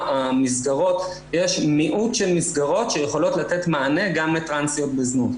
יש מיעוט של מסגרות שיכולות לתת מענה גם לטרנסיות בזנות.